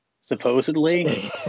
supposedly